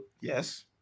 Yes